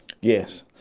Yes